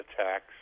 attacks